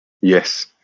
yes